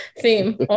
theme